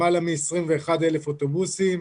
למעלה מ-21,000 אוטובוסים,